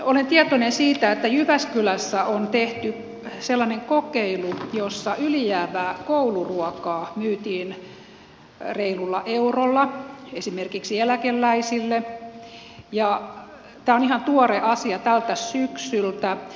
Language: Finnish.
olen tietoinen siitä että jyväskylässä on tehty sellainen kokeilu jossa yli jäävää kouluruokaa myytiin reilulla eurolla esimerkiksi eläkeläisille ja tämä on ihan tuore asia tältä syksyltä